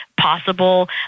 possible